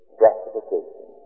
justification